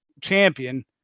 Champion